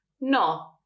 No